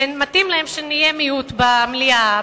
ומתאים להם שנהיה מיעוט במליאה,